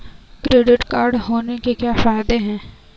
Credit card होने के क्या फायदे हैं?